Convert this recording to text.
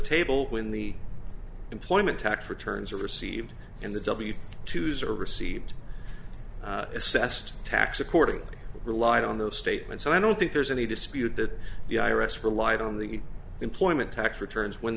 table when the employment tax returns are received and the w to use or received assessed tax accordingly relied on those statements and i don't think there's any dispute that the i r s relied on the employment tax returns when